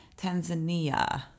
Tanzania